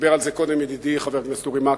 דיבר על זה קודם ידידי חבר הכנסת אורי מקלב,